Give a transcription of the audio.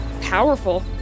powerful